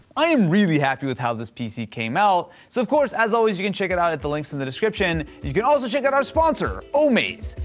i am really happy with how this pc came out. so of course, as always, you can check it out at the links in the description. you can also check out our sponsor, omaze.